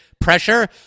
pressure